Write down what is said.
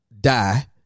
die